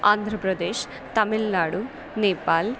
आन्ध्रप्रदेशः तमिल्नाडु नेपाल्